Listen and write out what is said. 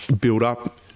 build-up